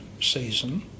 season